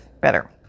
better